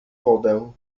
wodę